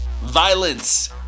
violence